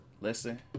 listen